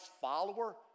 follower